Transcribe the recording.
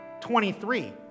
23